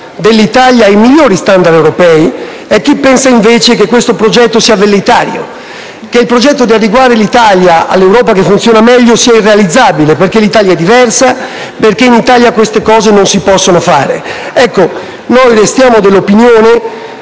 dell'Italia ai migliori *standard* europei e chi pensa invece che questo progetto sia velleitario, che il progetto di adeguare l'Italia all'Europa che funziona meglio sia irrealizzabile, perché l'Italia è diversa e perché in Italia queste cose non si possono fare. Noi restiamo dell'opinione